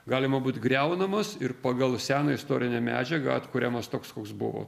galima būt griaunamos ir pagal seną istorinę medžiagą atkuriamas toks koks buvo